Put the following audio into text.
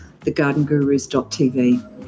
thegardengurus.tv